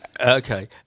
Okay